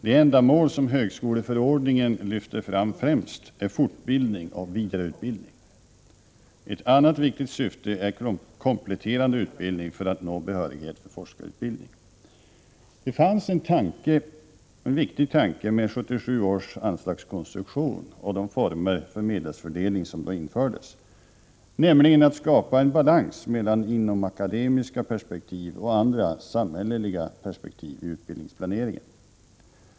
Det ändamål som högskoleförordningen främst lyfter fram är fortbildning och vidareutbildning. Ett annat viktigt syfte med de enstaka kurserna är att ge kompletterande utbildning för behörighet till forskarutbildning. Det fanns en viktig tanke bakom 1977 års anslagskonstruktion och de former för medelsfördelning som då infördes, nämligen att man ville skapa en balans mellan inomakademiska perspektiv och samhälleliga perspektiv i utbildningsplaneringen.